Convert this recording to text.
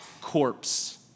corpse